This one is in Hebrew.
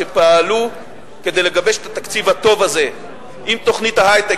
שפעלו כדי לגבש את התקציב הטוב הזה עם תוכנית ההיי-טק,